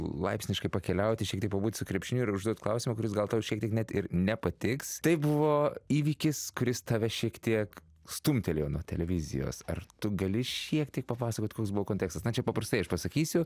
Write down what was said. laipsniškai pakeliauti šiek tiek pabūt su krepšiniu ir užduot klausimą kuris gal tau šiek tiek net ir nepatiks tai buvo įvykis kuris tave šiek tiek stumtelėjo nuo televizijos ar tu gali šiek tiek papasakot koks buvo kontekstas na čia paprastai aš pasakysiu